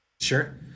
Sure